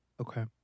Okay